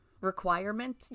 requirement